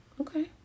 Okay